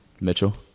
mitchell